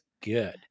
good